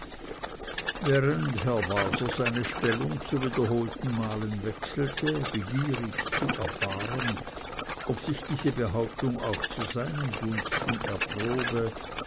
während herr waser seine stellung zu wiederholten malen wechselte begierig zu erfahren ob sich diese behauptung auch zu seinen gunsten erprobe